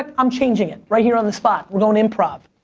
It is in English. um i'm changing it. right here on the spot, we're going improv.